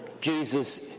Jesus